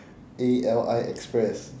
A L I express